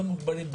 לא מוגבלים,